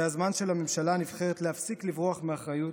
זה הזמן של הממשלה הנבחרת להפסיק לברוח מאחריות,